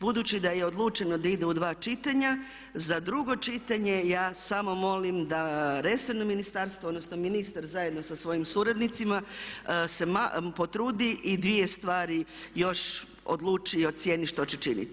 Budući da je odlučeno da ide u dva čitanja, za drugo čitanje ja samo molim da resorno ministarstvo odnosno ministar zajedno sa svojim suradnicima se potrudi i dvije stvari još odluči i ocijeni što će činiti.